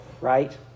right